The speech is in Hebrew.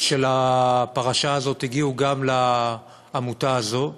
של הפרשה הזאת הגיעו גם לעמותה הזאת.